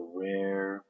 rare